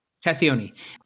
Tassioni